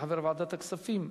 כחבר ועדת הכספים,